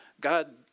God